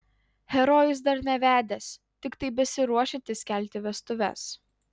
herojus dar nevedęs tiktai besiruošiantis kelti vestuves